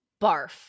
Barf